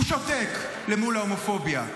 הוא שותק אל מול ההומופוביה.